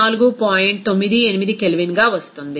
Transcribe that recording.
98 కెల్విన్గా వస్తుంది